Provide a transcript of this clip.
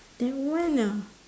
that one ah